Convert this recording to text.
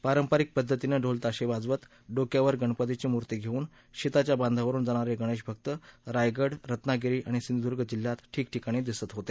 पारंपरिक पध्दतीनं ढोलताशे वाजवत डोक्यावर गणपतीची मृतीं घेऊन शेताच्या बांधावरुन जाणारे गणेशभक्त रायगड रत्नागिरी आणि सिंधुदर्ग जिल्ह्यात ठिकठिकाणी दिसत होते